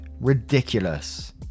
Ridiculous